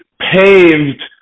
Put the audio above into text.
paved